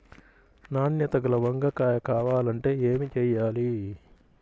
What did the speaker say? నాణ్యత గల వంగ కాయ కావాలంటే ఏమి చెయ్యాలి?